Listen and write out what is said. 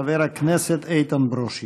חבר הכנסת איתן ברושי.